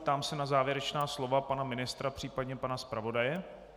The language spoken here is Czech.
Ptám se na závěrečná slova pana ministra, případně pana zpravodaje.